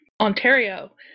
Ontario